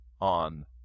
on